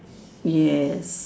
yes